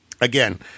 again